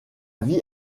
vie